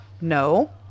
no